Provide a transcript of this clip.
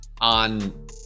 on